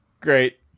Great